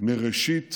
מראשית